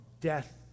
death